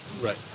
right